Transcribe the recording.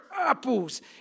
apples